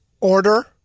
order